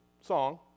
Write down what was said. song